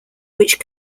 which